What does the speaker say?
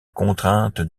contrainte